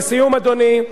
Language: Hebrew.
לסיום, אדוני,